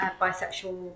bisexual